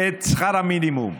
שכר המינימום.